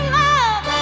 love